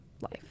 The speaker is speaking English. life